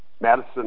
Madison